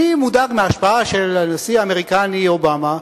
אני מודאג מההשפעה של הנשיא האמריקני אובמה,